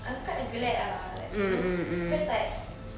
I'm quite glad ah like you know cause like